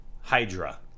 Hydra